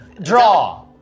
draw